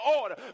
order